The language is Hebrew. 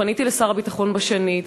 פניתי לשר הביטחון שנית.